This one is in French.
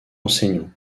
enseignant